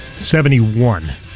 Seventy-one